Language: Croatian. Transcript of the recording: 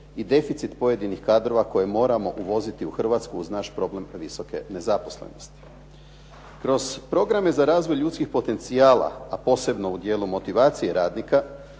i deficit pojedinih kadrova koje moramo uvoziti u Hrvatsku uz naš problem visoke nezaposlenosti. Kroz programe za razvoj ljudskih potencijala, a posebno u dijelu motivacije radnika,